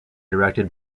directed